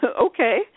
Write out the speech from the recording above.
okay